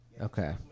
Okay